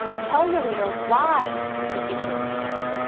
tell your reader why the issue is important,